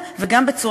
בהצעה להקמת ועדת